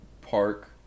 park